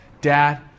dad